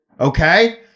Okay